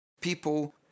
People